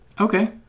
Okay